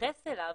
להתייחס אליו,